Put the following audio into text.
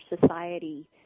society